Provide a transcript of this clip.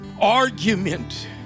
argument